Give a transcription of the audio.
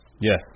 Yes